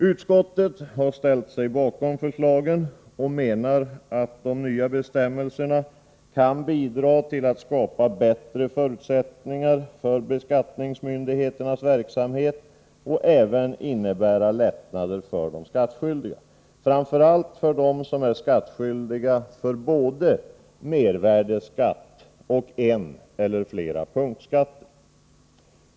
Utskottet har ställt sig bakom förslagen och menar att de nya bestämmelserna kan bidra till att skapa bättre förutsättningar för beskattningsmyndigheternas verksamhet och även innebära lättnader för de skattskyldiga, framför allt för dem som är skattskyldiga för både mervärdeskatt och en eller flera punktskatter.